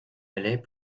allait